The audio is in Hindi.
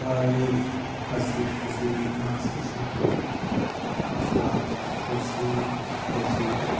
बड़ी हँसी खुशी उल्लास के साथ उसका खुशी खुशी